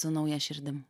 su nauja širdim